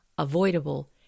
Avoidable